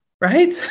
Right